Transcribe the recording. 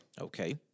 Okay